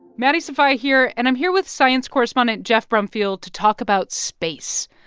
maddie sofia here, and i'm here with science correspondent geoff brumfiel to talk about space.